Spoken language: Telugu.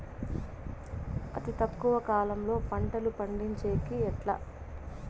అతి తక్కువ కాలంలో పంటలు పండించేకి ఎట్లా?